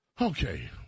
Okay